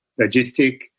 Logistic